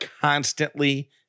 constantly